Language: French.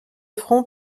front